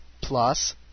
Plus